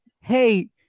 hey